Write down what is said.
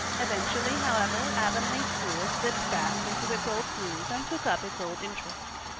eventually, however, avonlea school slipped back into its old groove and took up its old interests.